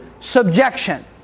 Subjection